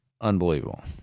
unbelievable